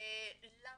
למה?